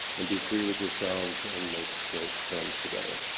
and be free with yourselves and make great films together.